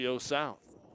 South